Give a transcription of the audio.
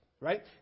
right